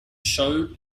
show